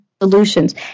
solutions